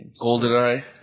GoldenEye